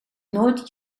nooit